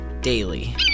daily